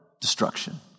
destruction